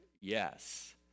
yes